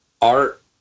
art